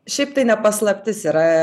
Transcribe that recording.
šiaip tai ne paslaptis yra